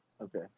Okay